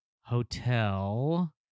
Hotel